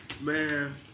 Man